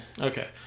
Okay